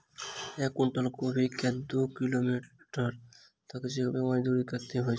एक कुनटल कोबी केँ दु किलोमीटर लऽ जेबाक मजदूरी कत्ते होइ छै?